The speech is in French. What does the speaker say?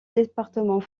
département